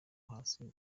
hasi